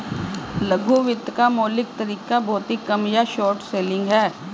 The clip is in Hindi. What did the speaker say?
लघु वित्त का मौलिक तरीका भौतिक कम या शॉर्ट सेलिंग है